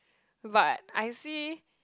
but I see